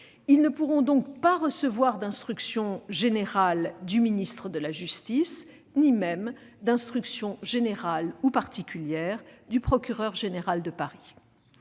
ils ne pourront donc pas recevoir d'instructions générales du ministre de la justice ni même d'instructions générales ou particulières du procureur général de Paris.